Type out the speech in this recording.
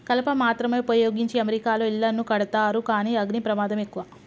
కలప మాత్రమే వుపయోగించి అమెరికాలో ఇళ్లను కడతారు కానీ అగ్ని ప్రమాదం ఎక్కువ